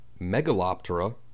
Megaloptera